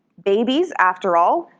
babies, after all,